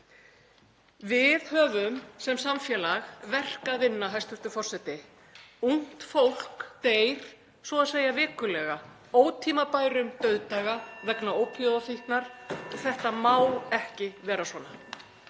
Við höfum sem samfélag verk að vinna, hæstv. forseti. Ungt fólk deyr svo að segja vikulega ótímabærum dauðdaga vegna ópíóíðafíknar. Þetta má ekki vera svona.